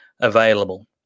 available